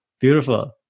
Beautiful